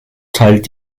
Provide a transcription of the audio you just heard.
teilt